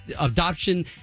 adoption